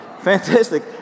Fantastic